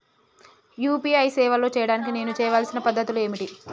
UPI సేవలు చేయడానికి నేను చేయవలసిన పద్ధతులు ఏమిటి?